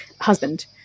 husband